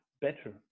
better